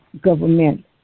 government